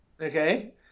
Okay